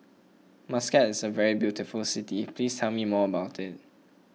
Muscat is a very beautiful city please tell me more about it